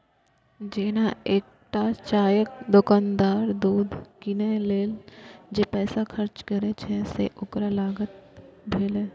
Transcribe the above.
जेना एकटा चायक दोकानदार दूध कीनै लेल जे पैसा खर्च करै छै, से ओकर लागत भेलै